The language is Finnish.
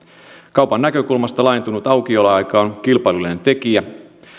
kaupan näkökulmasta laajentunut aukioloaika on kilpailullinen tekijä